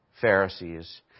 Pharisees